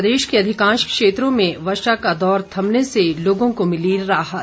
प्रदेश के अधिकांश क्षेत्रों में वर्षा का दौर थमने से लोगों को मिली राहत